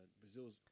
Brazil's